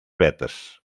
vetes